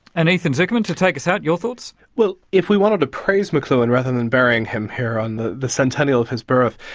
and ethan zuckerman, to take us out, your thoughts? if we wanted to praise mcluhan rather than burying him here on the the centennial of his birth,